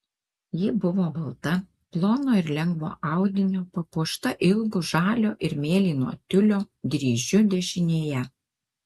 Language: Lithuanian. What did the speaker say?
ji buvo balta plono ir lengvo audinio papuošta ilgu žalio ir mėlyno tiulio dryžiu dešinėje